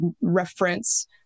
reference